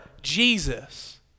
Jesus